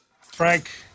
Frank